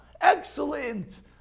excellent